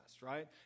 right